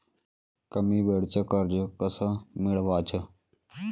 कमी वेळचं कर्ज कस मिळवाचं?